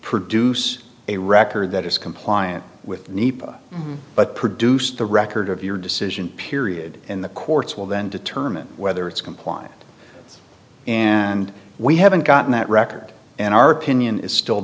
produce a record that is compliant with nepa but produced the record of your decision period and the courts will then determine whether it's compliant and we haven't gotten that record in our opinion is still